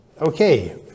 Okay